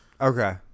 Okay